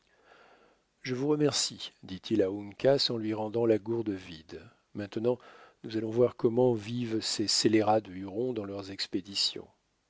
je vous remercie dit-il à uncas en lui rendant la gourde vide maintenant nous allons voir comment vivent ces scélérats de hurons dans leurs expéditions